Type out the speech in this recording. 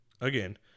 again